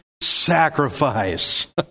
sacrifice